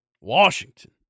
Washington